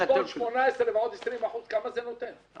צפניה, סליחה, החשבון 18 ועוד 20% כמה זה נותן?